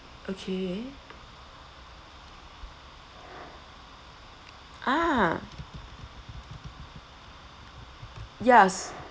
okay ah yes